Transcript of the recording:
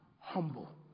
humble